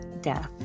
death